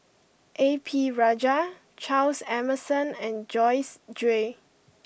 A P Rajah Charles Emmerson and Joyce Jue